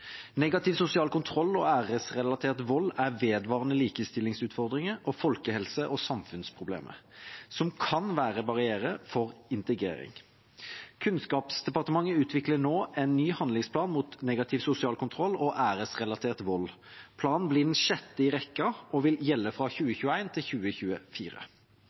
Negativ sosial kontroll og æresrelatert vold er vedvarende likestillingsutfordringer og folkehelse- og samfunnsproblemer som kan være en barriere for integrering. Kunnskapsdepartementet utvikler nå en ny handlingsplan mot negativ sosial kontroll og æresrelatert vold. Planen blir den sjette i rekken og vil gjelde fra 2021 til 2024.